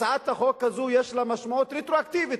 הצעת החוק הזו יש לה משמעות רטרואקטיבית.